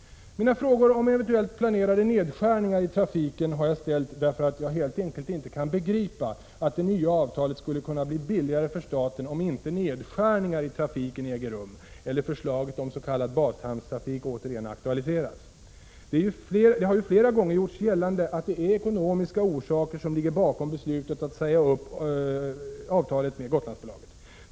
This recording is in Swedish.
Mina frågor om eventuellt planerade nedskärningar i trafiken har jag ställt därför att jag helt enkelt inte kan begripa att det nya avtalet skulle kunna bli billigare för staten om inte nedskärningar i trafiken äger rum eller förslaget om s.k. bashamnstrafik återigen aktualiseras. Det har ju flera gånger gjorts gällande att det är ekonomiska orsaker som ligger bakom beslutet att säga upp avtalet med Gotlandsbolaget.